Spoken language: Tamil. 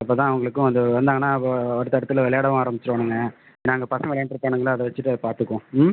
அப்போதான் அவங்களுக்கும் அது வந்தாங்கன்னா அப்போ அடுத்த அடுத்தில் விளையாடவும் ஆரம்மிச்சிருவானுங்க ஏன்னா அங்கே பசங்க விளையாண்ட்டுருப்பானுங்கள அதை வச்சுகிட்டு அதை பார்த்துக்குவோம் ம்